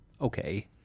okay